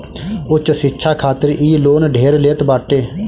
उच्च शिक्षा खातिर इ लोन ढेर लेत बाटे